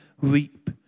reap